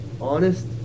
honest